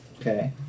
Okay